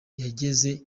yageze